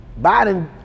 Biden